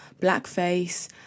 blackface